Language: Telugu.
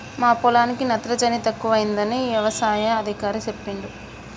మా పొలానికి నత్రజని తక్కువైందని యవసాయ అధికారి చెప్పిండు